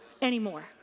Anymore